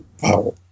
power